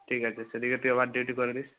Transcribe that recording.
ঠিক আছে সেদিকে তুই ওভার ডিউটি করে দিস